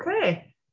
okay